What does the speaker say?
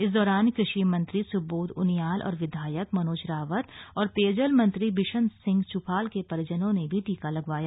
इस दौरान कृषि मंत्री सुबोध उनियाल और विधायक मनोज रावत और पेयजल मंत्री बिशन सिंह च्फाल के परिजनों ने भी टीका लगाया